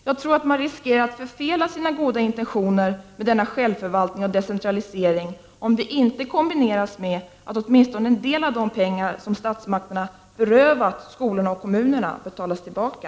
Jag tror att man riskerar att förfela sina goda intentioner med denna självförvaltning och decentralisering om de inte kombineras med att åtminstone en del av de pengar som statsmakterna berövat skolorna och kommunerna betalas tillbaka.